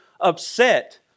upset